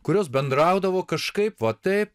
kurios bendraudavo kažkaip va taip